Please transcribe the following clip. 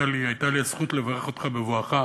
הייתה לי הזכות לברך אותך בבואך,